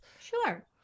sure